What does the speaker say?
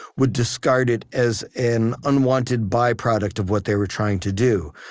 would discard it as an unwanted byproduct of what they were trying to do.